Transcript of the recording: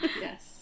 Yes